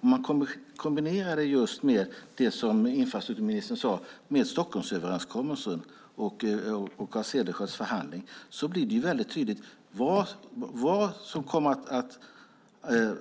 Om man kombinerar det som infrastrukturministern sade med Stockholmsöverenskommelsen och Carl Cederschiölds förhandling blir det mycket tydligt för